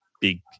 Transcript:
big